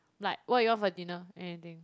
like what you want for dinner anything